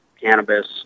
cannabis